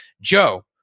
Joe